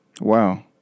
Wow